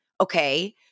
Okay